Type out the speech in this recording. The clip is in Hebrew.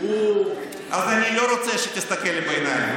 אז אני לא רוצה שתסתכל לי בעיניים,